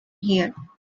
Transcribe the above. here